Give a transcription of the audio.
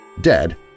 Dead